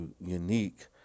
unique